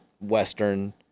Western